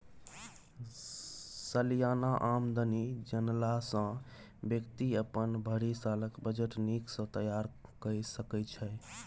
सलियाना आमदनी जनला सँ बेकती अपन भरि सालक बजट नीक सँ तैयार कए सकै छै